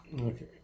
Okay